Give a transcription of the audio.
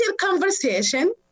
conversation